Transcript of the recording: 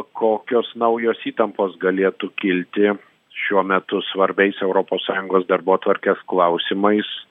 kokios naujos įtampos galėtų kilti šiuo metu svarbiais europos sąjungos darbotvarkės klausimais